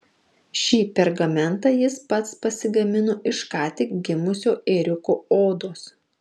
šį pergamentą jis pats pasigamino iš ką tik gimusio ėriuko odos